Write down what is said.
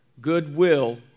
goodwill